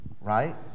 Right